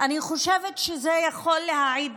אני חושבת שזה יכול להעיד,